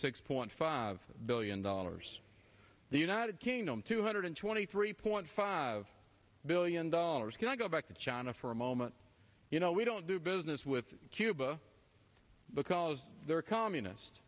six point five billion dollars the united kingdom two hundred twenty three point five billion dollars can i go back to china for a moment you know we don't do business with cuba because they're communist